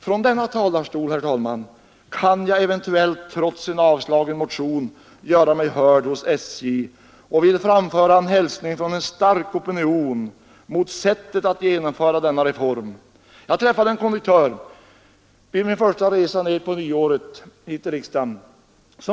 Från denna talarstol, herr talman, kan jag eventuellt trots en avslagen motion göra mig hörd hos SJ och vill framföra en hälsning från en stark opinion mot sättet att genomföra denna reform. Jag träffade en konduktör på min första resa hit till riksdagen på nyåret.